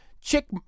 chick